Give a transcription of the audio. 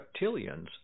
Reptilians